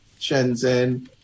Shenzhen